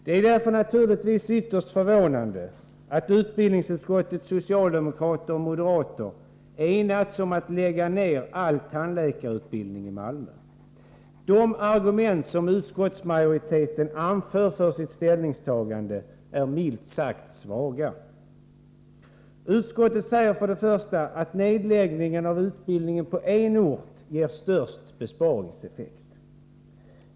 Det är därför naturligtvis ytterst förvånande att utbildningsutskottets socialdemokrater och moderater enats om att lägga ner all tandläkarutbildning i Malmö. De argument som utskottsmajoriteten anför för sitt ställningstagande är milt sagt svaga. Utskottet säger till att börja med att nedläggningen av utbildningen på en enda ort ger störst besparingseffekt.